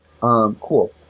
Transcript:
Cool